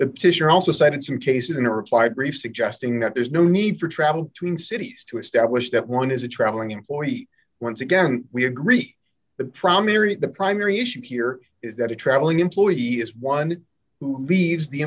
petition also cited some cases in a reply brief suggesting that there's no need for travel between cities to establish that one is a traveling employee once again we agree the primary the primary issue here is that a traveling employee is one who leaves the